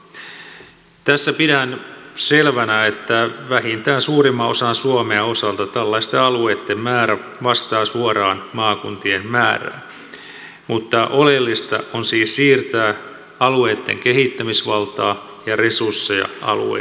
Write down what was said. tässä pidän selvänä että vähintään suomen suurimman osan osalta tällaisten alueitten määrä vastaa suoraan maakuntien määrää mutta oleellista on siis siirtää alueitten kehittämisvaltaa ja resursseja alueille itselleen